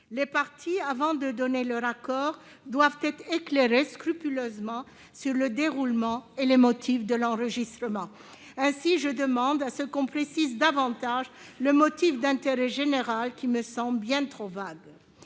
Les parties, avant de donner leur accord, doivent être éclairées scrupuleusement sur le déroulement et les motifs de l'enregistrement. Ainsi, je demande que l'on précise davantage le motif d'intérêt général, qui me semble bien trop vague.